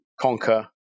conquer